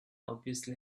obviously